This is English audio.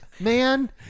Man